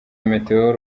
meteo